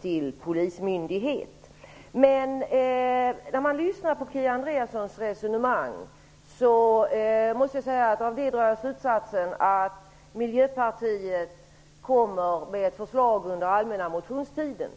till polismyndighet. När jag lyssnar på Kia Andreassons resonemang drar jag slutsatsen att Miljöpartiet kommer med ett förslag under den allmänna motionstiden.